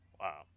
Wow